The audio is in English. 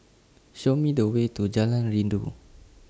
Show Me The Way to Jalan Rindu